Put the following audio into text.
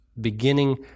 beginning